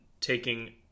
taking –